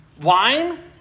Wine